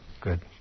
Good